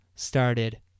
Started